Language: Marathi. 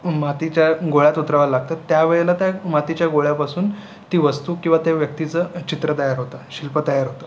मातीच्या गोळ्यात उतरवायला लागतं त्यावेळेला त्या मातीच्या गोळ्यापासून ती वस्तू किंवा ते व्यक्तीचं चित्र तयार होतं शिल्प तयार होतं